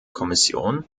kommission